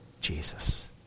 Jesus